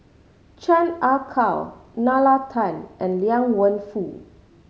Chan Ah Kow Nalla Tan and Liang Wenfu